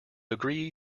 agree